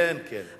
כן, כן.